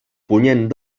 punyent